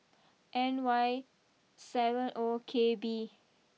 N Y seven O K B